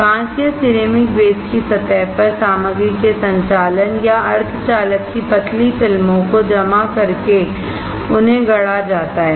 कांच या ceramic base की सतह पर सामग्री के संचालन या सेमीकंडक्टर की पतली फिल्मों को जमा करके उन्हें गढ़ा जाता है